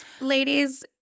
Ladies